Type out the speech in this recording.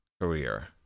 career